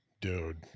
Dude